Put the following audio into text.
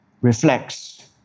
reflects